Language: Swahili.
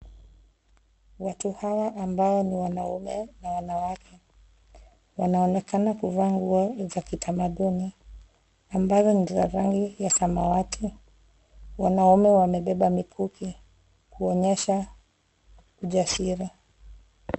Watu hawa ambao ni wanaume na wanawake wanaonekana kuvaa nguo za kitamaduni ambazo ni za rangi ya samawati. Wanaume wamebeba mikuki kuonyesha ujasiri.